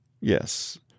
Yes